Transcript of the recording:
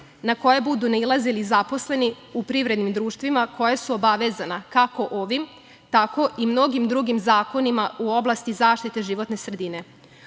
na koje budu nailazili zaposleni u privrednim društvima koja su obavezana, kako ovim, tako i mnogim drugim zakonima u oblasti zaštite životne sredine. Opština